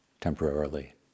temporarily